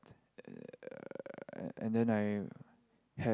uh and then I had